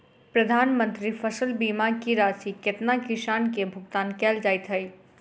प्रधानमंत्री फसल बीमा की राशि केतना किसान केँ भुगतान केल जाइत है?